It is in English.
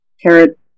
carrot